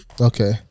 okay